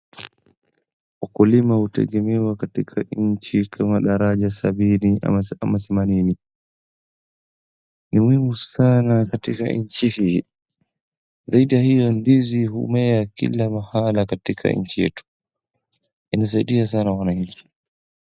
Ukulima hutegemewa katika nchi kama daraja sabini au themanini. Ni muhimu sana katika nchi hii, aina hii ya ndizi humea katika kila mahali katika nchi yetu, husaidia sana wananchi.